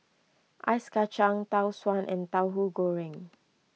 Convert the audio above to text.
Ice Kacang Tau Suan and Tauhu Goreng